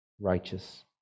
righteous